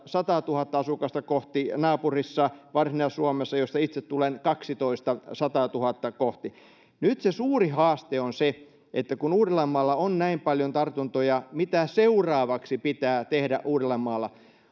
sataatuhatta asukasta kohti ja naapurissa varsinais suomessa josta itse tulen sataatuhatta kohti kaksitoista nyt se suuri haaste on kun uudellamaalla on näin paljon tartuntoja mitä seuraavaksi pitää tehdä uudellamaalla